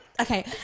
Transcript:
Okay